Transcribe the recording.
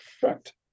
Correct